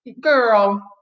Girl